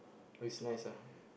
it was nice lah